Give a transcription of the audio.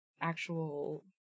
actual